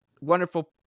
wonderful